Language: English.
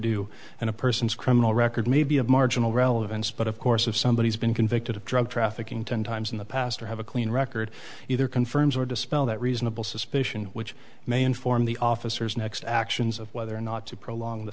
do and a person's criminal record may be of marginal relevance but of course if somebody has been convicted of drug trafficking ten times in the past or have a clean record either confirms or dispel that reasonable suspicion which may inform the officers next actions of whether or not to prolong the